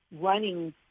running